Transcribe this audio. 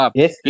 yes